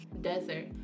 desert